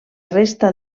resta